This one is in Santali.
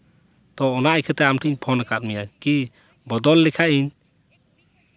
ᱛᱚ ᱚᱱᱟ ᱤᱠᱷᱟᱹᱛᱮ ᱟᱢ ᱴᱷᱮᱱᱤᱧ ᱯᱷᱳᱱ ᱠᱟᱜ ᱢᱮᱭᱟ ᱠᱤ ᱵᱚᱫᱚᱞ ᱞᱮᱠᱷᱟᱡ ᱤᱧ